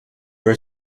very